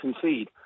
concede